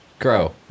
grow